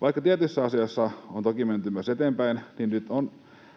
Vaikka tietyissä asioissa on toki menty myös eteenpäin, niin nyt on